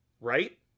Right